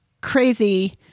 crazy